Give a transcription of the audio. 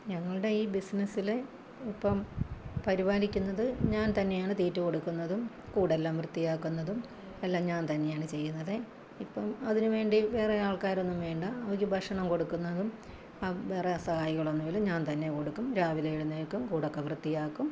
ഞങ്ങളുടെ ഈ ബിസിനസ്സിൽ ഇപ്പം പരിപാലിക്കുന്നത് ഞാൻ തന്നെയാണ് തീറ്റ കൊടുക്കുന്നതും കൂടെല്ലാം വൃത്തിയാക്കുന്നതും എല്ലാം ഞാൻ തന്നെയാണ് ചെയ്യുന്നതെ ഇപ്പം അതിനുവേണ്ടി വേറെ ആൾക്കാരൊന്നും വേണ്ട അവയ്ക്കു ഭക്ഷണം കൊടുക്കുന്നതും വേറെ സഹായികളൊന്നുമില്ല ഞാൻ തന്നെ കൊടുക്കും രാവിലെ എഴുന്നേൽക്കും കൂടൊക്കെ വൃത്തിയാക്കും